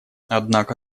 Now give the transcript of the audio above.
однако